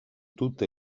tutte